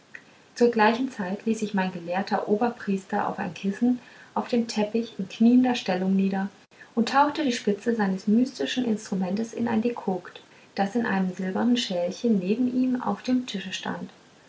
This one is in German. zu gleicher zeit ließ sich mein gelehrter oberpriester auf ein kissen auf dem teppich in kniender stellung nieder und tauchte die spitze seines mystischen instrumentes in ein dekokt das in einem silbernen schälchen neben ihm auf dem tische stand